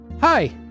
hi